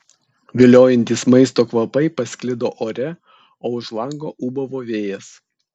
viliojantys maisto kvapai pasklido ore o už lango ūbavo vėjas